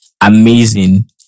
amazing